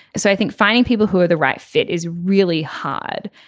so i think finding people who are the right fit is really hard.